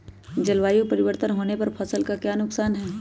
जलवायु परिवर्तन होने पर फसल का क्या नुकसान है?